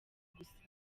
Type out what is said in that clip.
gusa